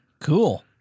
Cool